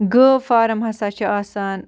گٲو فارَم ہَسا چھِ آسان